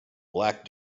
black